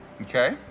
Okay